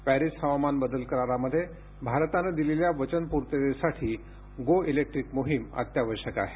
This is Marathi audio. पॅरिस हवामान बदल करारामध्ये भारतानं दिलेल्या वचनपूर्ततेसाठी गो इलेक्ट्रीक मोहिम अत्यावश्यक आहे